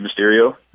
Mysterio